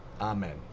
Amen